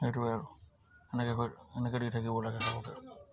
সেইটো এনেকে হৈ এনেকে দি থাকিব লাগে লগতে